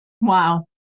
Wow